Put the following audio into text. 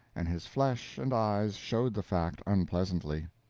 and his flesh and eyes showed the fact unpleasantly.